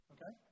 Okay